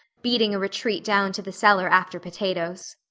beating a retreat down to the cellar after potatoes.